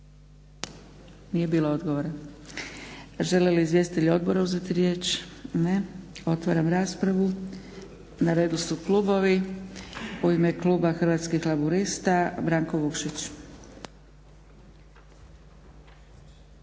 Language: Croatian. Nije bilo odgovora? Žele li izvjestitelji odbora uzeti riječ? Ne. Otvaram raspravu. Na redu su klubovi. U ime kluba Hrvatskih laburista Branko Vukšić.